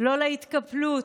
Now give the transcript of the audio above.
לא להתקפלות,